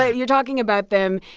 ah you're talking about them.